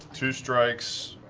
two strikes,